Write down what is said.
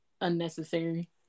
unnecessary